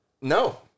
No